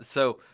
so,